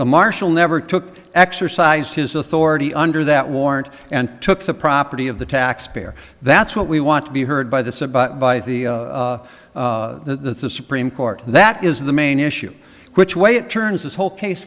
marshal never took exercise his authority under that warrant and took the property of the taxpayer that's what we want to be heard by the said but by the the supreme court that is the main issue which way it turns this whole case